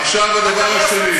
עכשיו, לדבר השני.